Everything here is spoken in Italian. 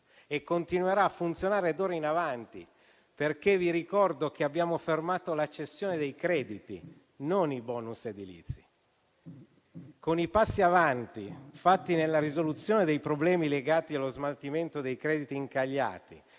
e continuerà a funzionare d'ora in avanti, perché vi ricordo che abbiamo fermato la cessione dei crediti, non i *bonus* edilizi. Con i passi avanti fatti nella risoluzione dei problemi legati allo smaltimento dei crediti incagliati